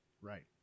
Right